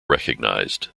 recognized